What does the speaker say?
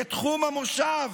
כתחום המושב.